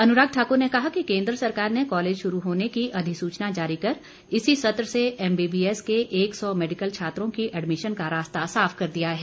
अनुराग ठाकुर ने कहा कि केंद्र सरकार ने कॉलेज शुरू होने की अधिसूचना जारी कर इसी सत्र से एमबीबीएस के एक सौ मैडिकल छात्रों की एडमिशन का रास्ता साफ कर दिया है